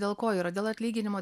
dėl ko yra dėl atlyginimo